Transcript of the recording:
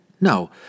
no